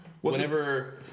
Whenever